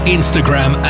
Instagram